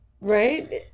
Right